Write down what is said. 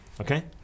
Okay